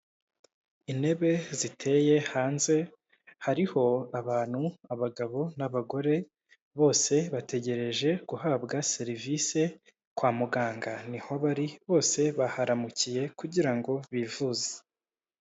Intebe ziteye hanze, hariho abantu, abagabo n'abagore, bose bategereje guhabwa serivise, kwa muganga ni ho bari, bose baharamukiye kugira ngo bivuze.